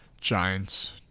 Giants